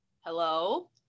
hello